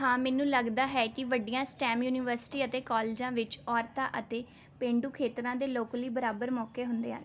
ਹਾਂ ਮੈਨੂੰ ਲੱਗਦਾ ਹੈ ਕਿ ਵੱਡੀਆਂ ਸਟੈਮ ਯੂਨੀਵਰਸਿਟੀ ਅਤੇ ਕਾਲਜਾਂ ਵਿੱਚ ਔਰਤਾਂ ਅਤੇ ਪੇਂਡੂ ਖੇਤਰਾਂ ਦੇ ਲੋਕ ਲਈ ਬਰਾਬਰ ਮੌਕੇ ਹੁੰਦੇ ਹਨ